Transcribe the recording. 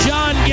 John